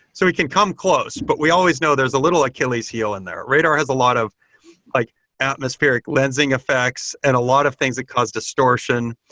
so we can come close, but we always know there's a little achilles' heel in there. radar has a lot of like atmospheric lensing effects and a lot of things that cause distortion,